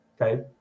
okay